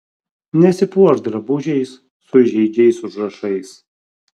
nesipuošk drabužiais su įžeidžiais užrašais